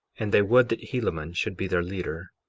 and they would that helaman should be their leader.